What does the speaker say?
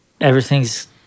everything's